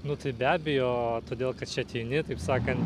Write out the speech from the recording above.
nu tai be abejo todėl kad čia ateini taip sakant